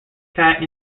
cat